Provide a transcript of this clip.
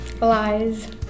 Lies